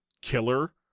killer